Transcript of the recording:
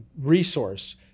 resource